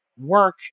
work